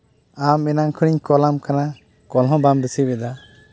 ᱟᱢ ᱮᱱᱟᱱ ᱠᱷᱚᱱᱮᱧ ᱠᱚᱞᱟᱢ ᱠᱟᱱᱟ ᱠᱚᱞ ᱦᱚᱸ ᱵᱟᱢ ᱨᱤᱥᱤᱷ ᱮᱫᱟ